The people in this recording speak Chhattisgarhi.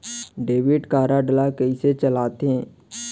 डेबिट कारड ला कइसे चलाते?